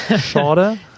shorter